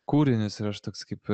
kūrinius ir aš toks kaip